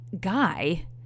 guy